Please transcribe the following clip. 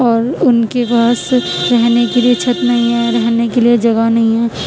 اور ان کے پاس رہنے کے لیے چھت نہیں ہے رہنے کے لیے جگہ نہیں ہے